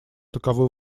таковы